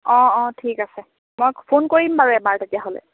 অঁ অঁ ঠিক আছে মই ফোন কৰিব বাৰু এবাৰ তেতিয়াহ'লে